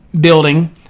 building